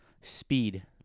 Speed